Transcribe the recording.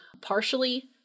partially